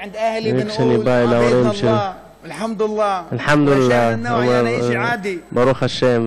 וכשאני בא אל ההורים שלי אני אומר ברוך השם.